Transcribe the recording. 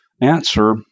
answer